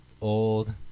old